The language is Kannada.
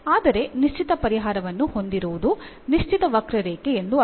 ಆದರೆ ನಿಶ್ಚಿತ ಪರಿಹಾರವನ್ನು ಹೊಂದಿರುವುದು ನಿಶ್ಚಿತ ವಕ್ರರೇಖೆ ಎಂದರ್ಥ